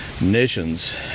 nations